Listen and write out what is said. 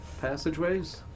passageways